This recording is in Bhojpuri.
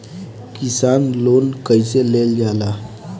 किसान लोन कईसे लेल जाला?